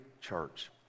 church